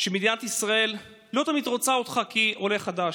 שמדינת ישראל לא תמיד רוצה אותך כעולה חדש: